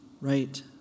right